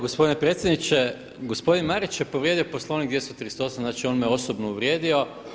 Gospodine predsjedniče, gospodin Marić je povrijedio Poslovnik 238. znači on me osobno uvrijedio.